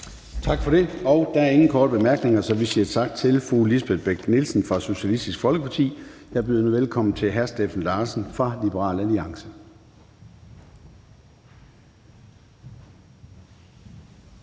Tak for det. Der er ingen korte bemærkninger, så vi siger tak til fru Lisbeth Bech-Nielsen fra Socialistisk Folkeparti. Jeg byder nu velkommen til hr. Steffen Larsen fra Liberal Alliance.